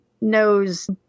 knows